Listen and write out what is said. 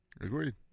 Agreed